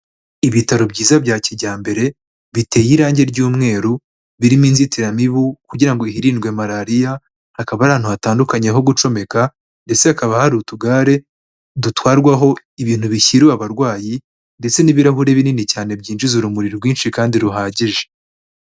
Ibitaro byiza bya kijyambere biteye irangi ry'umweru, birimo inzitiramibu kugira ngo hirindwe Malariya, hakaba hari ahantu hatandukanye ho gucomeka ndetse hakaba hari utugare, dutwarwaho ibintu bishyiriwe abarwayi ndetse n'ibirahuri binini cyane byinjiza urumuri rwinshi kandi ruhagije.